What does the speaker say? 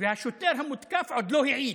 והשוטר המותקף עוד לא העיד.